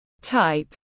Type